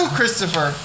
Christopher